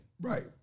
right